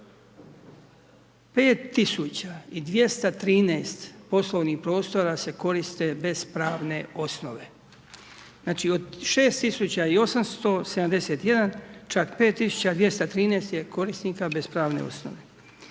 5213 poslovnih prostora se koriste bez pravne osnove. Znači od 6871 čak 5213 je korisnika bez pravne osnove,